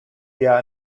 via